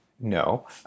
No